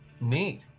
Neat